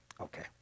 Okay